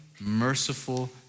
merciful